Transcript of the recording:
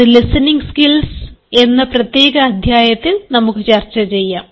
അത് listening skills എന്ന പ്രത്യേക അധ്യായത്തിൽ നമുക്ക് ചർച്ച ചെയ്യാം